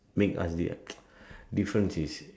make us their difference is